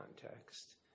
context